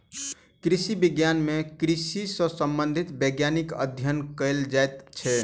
कृषि विज्ञान मे कृषि सॅ संबंधित वैज्ञानिक अध्ययन कयल जाइत छै